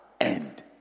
end